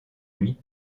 lui